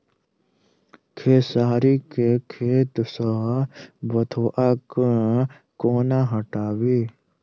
खेसारी केँ खेत सऽ बथुआ केँ कोना हटाबी